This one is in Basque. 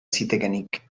zitekeenik